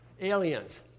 aliens